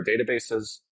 databases